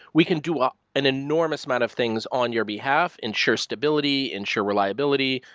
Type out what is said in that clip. we can do what an enormous amount of things on your behalf, ensure stability, ensure reliability,